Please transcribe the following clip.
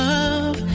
Love